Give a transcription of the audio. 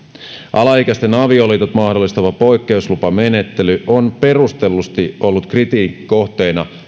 alaikäisten avioliitot mahdollistava poikkeuslupamenettely on perustellusti ollut kritiikin kohteena